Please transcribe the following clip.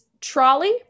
trolley